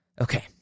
Okay